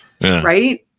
Right